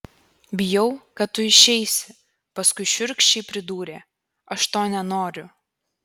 bijau kad tu išeisi paskui šiurkščiai pridūrė aš to nenoriu